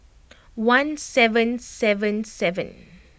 one seven seven seven